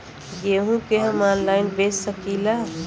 गेहूँ के हम ऑनलाइन बेंच सकी ला?